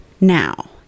Now